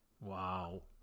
Wow